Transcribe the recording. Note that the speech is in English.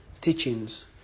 teachings